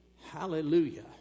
Hallelujah